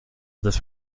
this